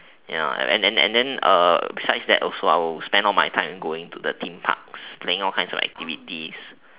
ya and then and then uh besides that also I will spend all my time going to the theme parks playing all kinds of activities